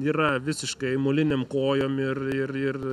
yra visiškai molinėm kojom ir ir ir